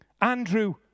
Andrew